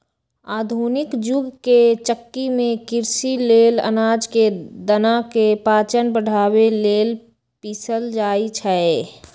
आधुनिक जुग के चक्की में कृषि लेल अनाज के दना के पाचन बढ़ाबे लेल पिसल जाई छै